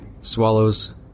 swallows